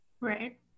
right